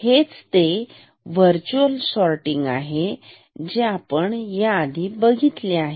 हेच ते virtual sorting आहे जे आपण या आधीही बघितलेले आहे